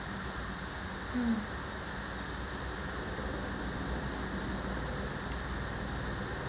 mm